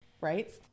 Right